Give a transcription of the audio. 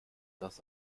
das